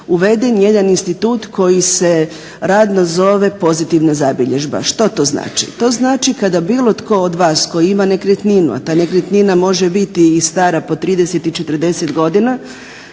uveden jedan institut koji se radno zove pozitivna zabilježba. Što to znači? To znači kada bilo tko od vas koji ima nekretninu, a ta nekretnina može biti i stara po 30 i 40 godina